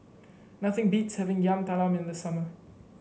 nothing beats having Yam Talam in the summer